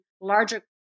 larger